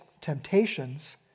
temptations